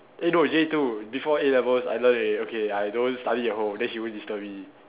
eh no J two before A-levels I learn already okay I don't study at home then she won't disturb me